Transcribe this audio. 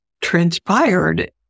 transpired